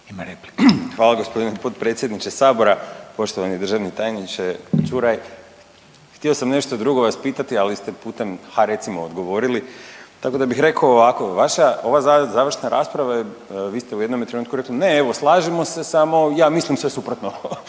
Hvala g. potpredsjedniče, poštovani državni tajniče Čuraj. Htio sam nešto drugo vas pitati, ali ste putem, ha, recimo, odgovorili, tako da bih rekao ovako, vaša ova završna rasprava je, vi ste u jednome trenutku rekli, ne, evo slažemo se samo, ja mislim sve suprotno